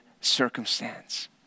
circumstance